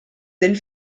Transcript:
del